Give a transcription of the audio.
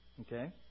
Okay